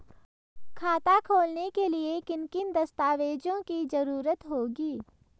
खाता खोलने के लिए किन किन दस्तावेजों की जरूरत होगी?